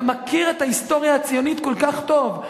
אתה מכיר את ההיסטוריה הציונית כל כך טוב,